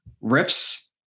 Rips